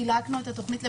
אני רוצה להבין מה התוכנית.